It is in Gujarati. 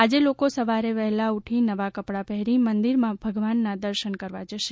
આજે લોકો સવારે વહેલા ઉઠી નવા કપડાં પહેરી મંદિરમાં ભગવાનના દર્શન કરવા જશે